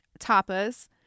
tapas